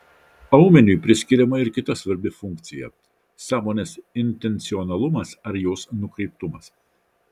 aumeniui priskiriama ir kita svarbi funkcija sąmonės intencionalumas ar jos nukreiptumas